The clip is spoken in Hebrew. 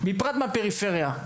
בפרט מהפריפריה,